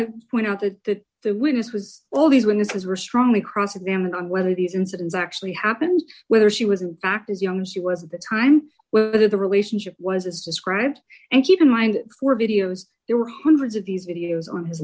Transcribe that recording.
point out that the witness was all these witnesses were strongly cross examined on whether these incidents actually happened whether she was in fact as young as she was at the time where the relationship was as described and keep in mind for videos there were hundreds of these videos on his